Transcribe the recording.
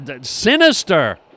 sinister